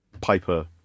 Piper